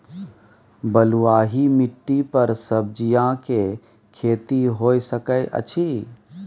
बलुआही माटी पर सब्जियां के खेती होय सकै अछि?